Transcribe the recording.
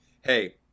hey